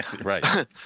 Right